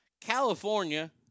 California